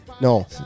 No